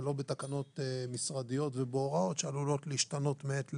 ולא בתקנות משרדיות ובהוראות שעלולות להשתנות מעת לעת,